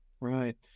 Right